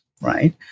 right